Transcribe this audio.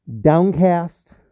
downcast